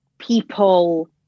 people